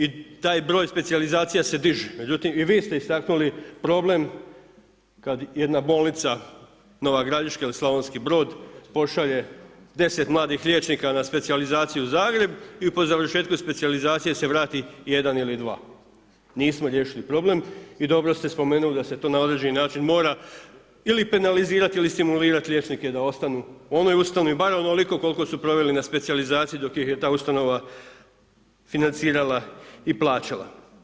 I taj broj specijalizacija se diže međutim i vi ste istaknuli problem kad jedna bolnica Nova Gradiška ili Slavonski Brod, pošalje 10 mladih liječnika na specijalizaciju u Zagreb i po završetku specijalizacije se vrati 1 ili 2. Nismo riješili problem, i dobro ste spomenuli da se to na određeni način mora ili penalizirati ili stimulirati liječnike da ostanu u onoj ustanovi barem onoliko koliko su proveli na specijalizaciji dok ih je ta ustanova financirala i plaćala.